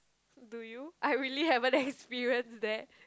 do you I really haven't experience that